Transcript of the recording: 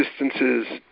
distances